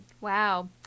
Wow